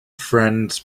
friends